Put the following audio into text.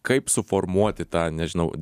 kaip suformuoti tą nežinau